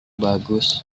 bagus